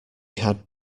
had